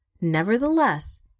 Nevertheless